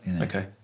okay